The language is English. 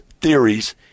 theories